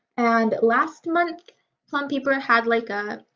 and last month plum paper had like a